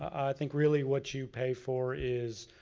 i think really what you pay for is